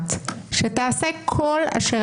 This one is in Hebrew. חברים, זה יגיע לכנסת.